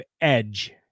Edge